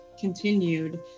continued